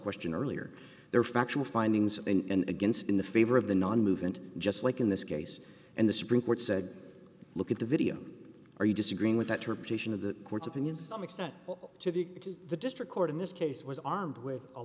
question earlier their factual findings and against in the favor of the non movement just like in this case and the supreme court said look at the video are you disagreeing with that her petition of the court's opinion to some extent to which is the district court in this case was armed with a